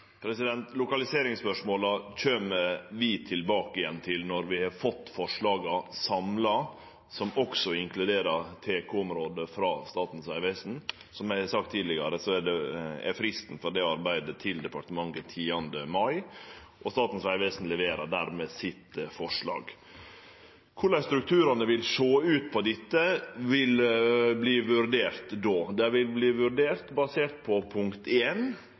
Lokaliseringsspørsmåla kjem vi tilbake til når vi har fått dei samla forslaga frå Statens vegvesen, som også inkluderer TK-området. Som eg har sagt tidlegare, er fristen for det arbeidet 10. mai, og Statens vegvesen leverer då forslaget sitt til departementet. Korleis strukturane vil sjå ut, vil verte vurdert då. Dei vil verte vurderte basert på punkt